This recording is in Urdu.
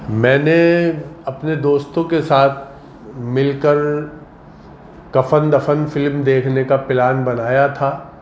میں نے اپنے دوستوں کے ساتھ مل کر کفن دفن فلم دیکھنے کا پلان بنایا تھا